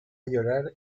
llorar